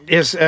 Yes